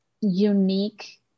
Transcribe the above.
unique